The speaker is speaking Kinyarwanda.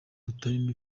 hatarimo